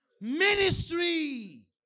ministry